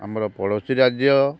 ଆମର ପଡ଼ୋଶୀ ରାଜ୍ୟ